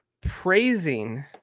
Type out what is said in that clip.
praising